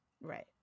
Right